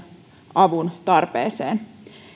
avuntarpeeseen